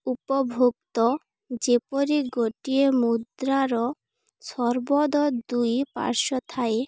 ଉପଭୋକ୍ତା ଯେପରି ଗୋଟିଏ ମୁଦ୍ରାର ସର୍ବଦା ଦୁଇ ପାର୍ଶ୍ଵ ଥାଏ